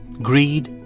greed,